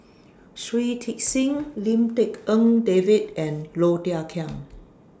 Shui Tit Sing Lim Tik En David and Low Thia Khiang